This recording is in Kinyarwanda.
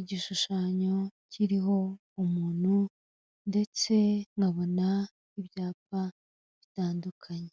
igishushanyo kiriho umuntu ndetse nk'abona ibyapa bitandukanye.